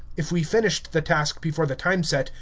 if we finished the task before the time set,